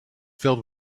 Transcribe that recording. filled